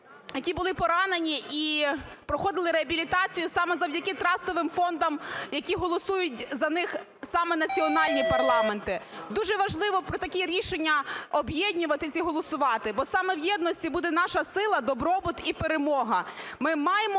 які були поранені і проходили реабілітацію саме завдяки трастовим фондам, які голосують за них саме національні парламенти. Дуже важливо про такі рішення об'єднуватися і голосувати, бо саме в єдності буде наша сила, добробут і перемога.